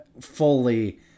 fully